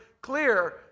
clear